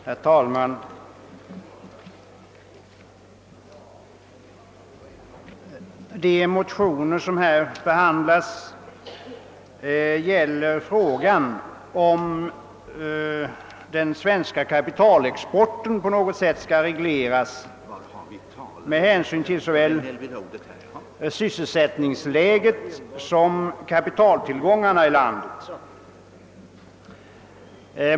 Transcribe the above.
Herr talman! De motioner som här behandlas gäller frågan om huruvida den svenska kapitalexporten på något sätt skall regleras med hänsyn till såväl sysselsättningsläget som kapitaltillgångarna i landet.